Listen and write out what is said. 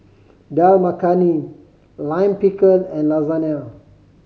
Dal Makhani Lime Pickle and Lasagne